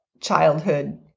childhood